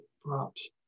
props